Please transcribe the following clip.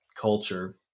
culture